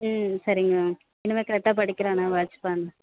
ம் சரிங்க மேம் இனிமே கரெக்டாக படிக்கிறானா வாச் பண்